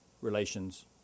relations